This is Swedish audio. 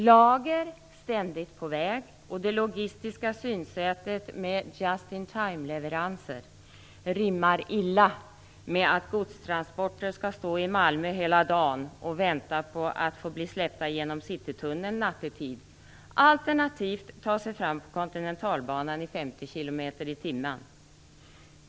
Lager ständigt på väg och det logistiska synsättet med just in time-leveranser rimmar illa med att godstransporter skall stå i Malmö hela dagen i väntan på att nattetid släppas in genom Citytunneln. Alternativt kan de ta sig fram på Kontinentalbanan i 50 km/tim.